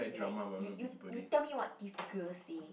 you are like you you you tell me what this girl say